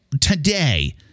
today